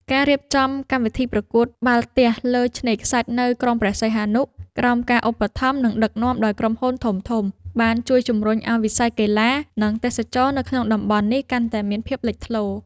ការរៀបចំកម្មវិធីប្រកួតបាល់ទះលើឆ្នេរខ្សាច់នៅក្រុងព្រះសីហនុ ក្រោមការឧបត្ថម្ភ និងដឹកនាំដោយក្រុមហ៊ុនធំៗ បានជួយជំរុញឱ្យវិស័យកីឡា និងទេសចរណ៍នៅក្នុងតំបន់នេះកាន់តែមានភាពលេចធ្លោ។